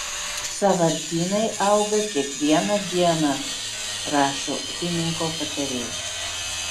sąvartynai auga kiekvieną dieną rašo ūkininko patarėjas